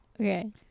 Okay